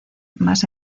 más